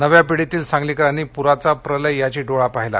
नव्या पिढीतील सांगलीकरांनी प्राचा प्रलय याची डोळा पाहिला